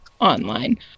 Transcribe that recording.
online